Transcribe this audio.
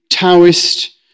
Taoist